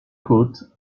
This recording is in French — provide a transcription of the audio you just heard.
côte